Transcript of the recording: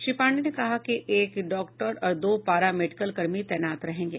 श्री पांडेय ने कहा कि एक डॉक्टर और दो पारा मेडिकल कर्मी तैनात रहेंगे